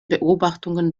beobachtungen